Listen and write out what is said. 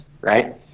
Right